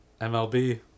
MLB